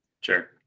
sure